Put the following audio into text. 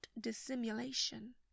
dissimulation